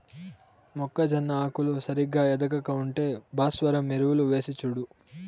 మొక్కజొన్న ఆకులు సరిగా ఎదగక ఉంటే భాస్వరం ఎరువులు వేసిచూడు